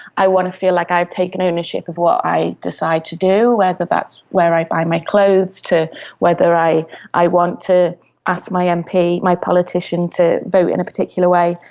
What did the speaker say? i want to feel like i've taken ownership of what i decide to do, whether that's where i buy my clothes, to whether i i want to ask my mp, my politician, to vote in a particular way.